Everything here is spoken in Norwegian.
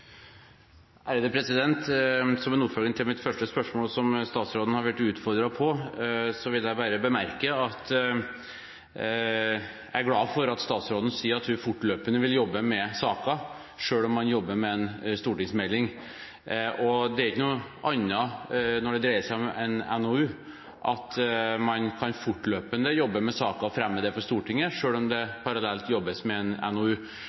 Som en oppfølging til mitt første spørsmål, som statsråden har blitt utfordret på, vil jeg bare bemerke at jeg er glad for at statsråden sier at hun fortløpende vil jobbe med saker, selv om man jobber med en stortingsmelding. Noe annet er heller ikke tilfellet når det dreier seg om en NOU. Man kan fortløpende jobbe med saker og fremme dem for Stortinget, selv om det parallelt jobbes med en NOU.